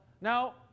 now